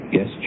Yes